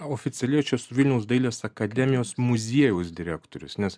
oficiailiai aš esu vilniaus dailės akademijos muziejaus direktorius nes